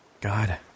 God